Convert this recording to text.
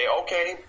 okay